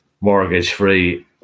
mortgage-free